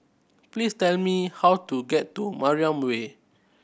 please tell me how to get to Mariam Way